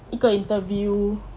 一个 interview